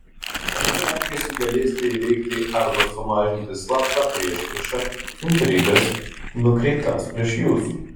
ramiu elgesiu galėsite įveikti arba sumažinti slaptą priešpriešą intrigas nukreiptas prieš jus